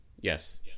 Yes